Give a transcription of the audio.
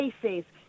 places